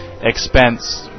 expense